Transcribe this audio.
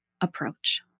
approach